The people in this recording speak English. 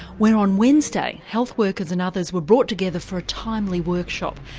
where on wednesday health workers and others were brought together for a timely workshop,